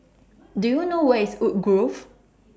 Do YOU know Where IS Woodgrove